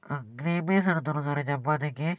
green peas എടുത്തോളൂ കറി ചാപ്പാത്തിക്ക്